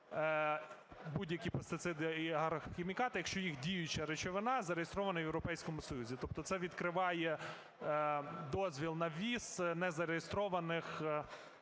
будь-які пестициди і агрохімікати, якщо їх діюча речовина зареєстрована в Європейському Союзі. Тобто це відкриває дозвіл на ввіз незареєстрованих